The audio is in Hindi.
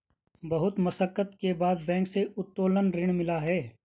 बहुत मशक्कत के बाद बैंक से उत्तोलन ऋण मिला है